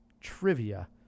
trivia